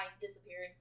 disappeared